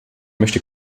möchte